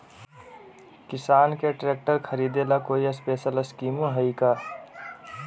किसान के ट्रैक्टर खरीदे ला कोई स्पेशल स्कीमो हइ का?